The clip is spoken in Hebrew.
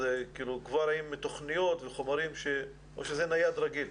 זה כבר עם תוכניות וחומרים או שזה נייד רגיל?